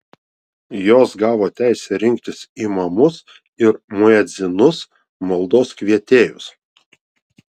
jos gavo teisę rinktis imamus ir muedzinus maldos kvietėjus